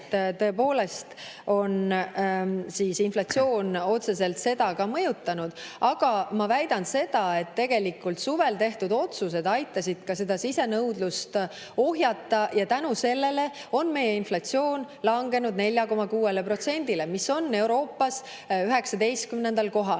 käibemaksu, sest inflatsioon on otseselt seda mõjutanud. Aga ma väidan seda, et tegelikult suvel tehtud otsused aitasid sisenõudlust ohjata ja tänu sellele on meie inflatsioon langenud 4,6%-le – me oleme Euroopas 19. kohal.